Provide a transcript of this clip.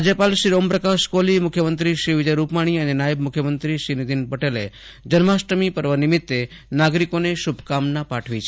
રાજ્યપાલ શ્રી ઓમપ્રકાશ કોહલી મુખ્યમંત્રી શ્રી વિજય રૂપાણી તેમજ નાયબ મુખ્યમંત્રી શ્રી નીતિન પટેલે જન્માષ્ટમી પર્વ નિમિત્તે નાગરીકોને શુભકામના પાઠવી છે